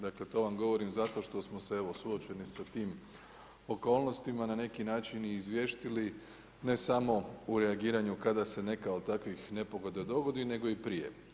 Dakle to vam govorim zato što smo se evo suočeni sa tim okolnostima na neki način i izvještili, ne samo u reagiranju kada se neka od takvih nepogoda dogodi, nego i prije.